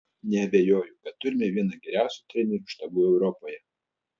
neabejoju kad turime vieną geriausių trenerių štabų europoje